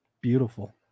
Beautiful